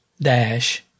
dash